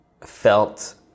felt